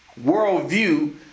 worldview